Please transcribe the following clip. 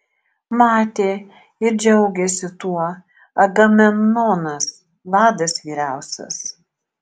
matė ir džiaugėsi tuo agamemnonas vadas vyriausias